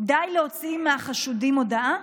כדי להוציא מחשודים הודאה?